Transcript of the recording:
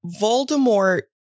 Voldemort